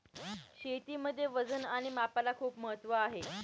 शेतीमध्ये वजन आणि मापाला खूप महत्त्व आहे